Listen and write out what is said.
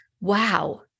wow